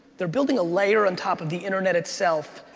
they're building a layer on top of the internet itself.